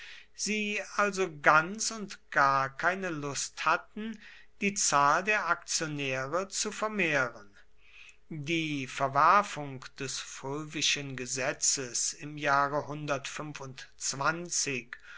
sie also ganz und gar keine lust hatten die zahl der aktionäre zu vermehren die verwerfung des fulvischen gesetzes im jahre